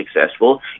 successful